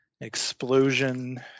explosion